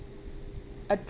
uh